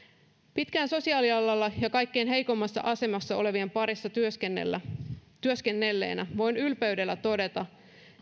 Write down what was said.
pitkään sosiaalialalla ja kaikkein heikoimmassa asemassa olevien parissa työskennelleenä voin ylpeydellä todeta